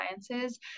Sciences